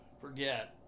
forget